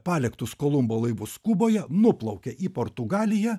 paliktus kolumbo laivus kuboje nuplaukė į portugaliją